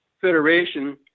Federation